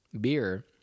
beer